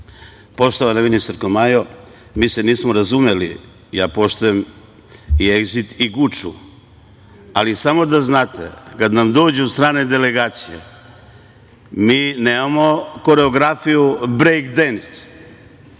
Poštovana ministarko Majo, mi se nismo razumeli. Ja poštujem i „Egzit“ i „Guču“, ali samo da znate da kada nam dođu strane delegacije mi nemamo koreografiju brejkdens,